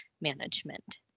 management